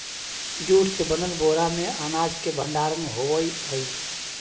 jute से बनल बोरा में अनाज के भण्डारण होवऽ हइ